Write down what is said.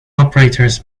operators